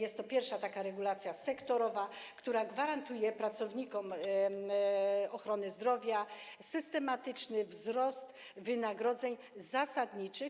Jest to pierwsza regulacja sektorowa, która gwarantuje pracownikom ochrony zdrowia systematyczny wzrost wynagrodzeń zasadniczych.